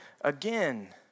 again